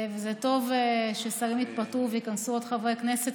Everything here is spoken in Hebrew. זה טוב ששרים יתפטרו ושייכנסו עוד חברי כנסת,